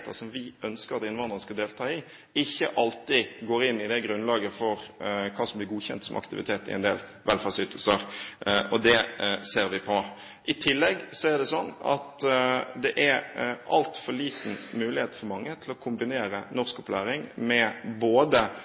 som vi ønsker at innvandrere skal delta i, ikke alltid går inn i det grunnlaget for hva som blir godkjent som aktivitet i en del velferdsytelser, og det ser vi på. I tillegg er det altfor liten mulighet for mange til å kombinere norskopplæring med både